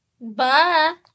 Bye